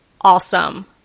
awesome